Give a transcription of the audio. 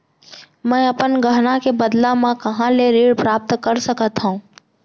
मै अपन गहना के बदला मा कहाँ ले ऋण प्राप्त कर सकत हव?